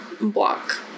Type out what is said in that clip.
block